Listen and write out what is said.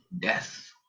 death